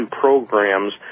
programs